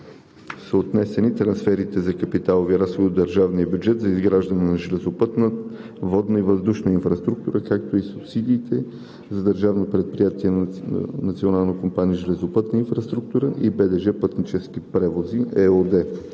са отнесени трансферите за капиталови разходи от държавния бюджет за изграждане на железопътна, водна и въздушна инфраструктура, както и субсидиите за Държавно предприятие